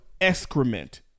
Excrement